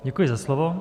Děkuji za slovo.